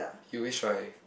he always try